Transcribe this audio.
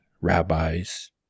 rabbis